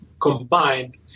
combined